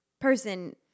person